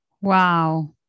Wow